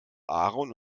aaron